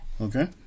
okay